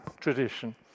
tradition